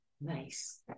nice